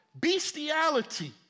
Bestiality